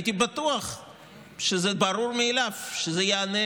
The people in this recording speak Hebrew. הייתי בטוח שזה ברור מאליו שזה ייענה,